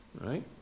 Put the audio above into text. right